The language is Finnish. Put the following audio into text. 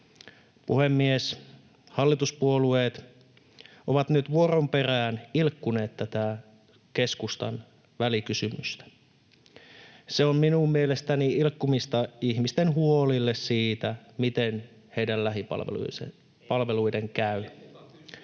Puhemies! Hallituspuolueet ovat nyt vuoron perään ilkkuneet tätä keskustan välikysymystä. Se on minun mielestäni ilkkumista ihmisten huolille siitä, miten heidän lähipalveluidensa käy.